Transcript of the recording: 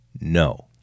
No